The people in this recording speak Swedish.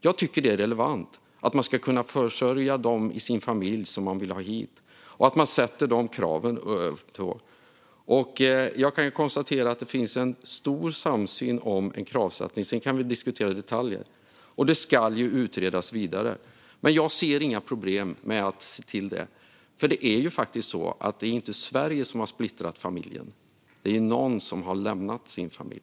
Jag tycker att det är relevant att man ska kunna försörja dem i sin familj som man vill ha hit och att man sätter de kraven. Jag kan konstatera att det finns en stor samsyn om ett kravsättande - sedan kan vi diskutera detaljer, och det ska utredas vidare. Men jag ser inga problem med att se till det. För det är faktiskt inte Sverige som har splittrat familjerna. Det är någon som har lämnat sin familj.